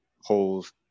holes